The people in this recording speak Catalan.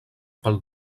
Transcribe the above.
pel